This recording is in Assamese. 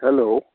হেল্ল'